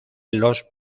los